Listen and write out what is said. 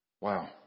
Wow